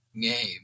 game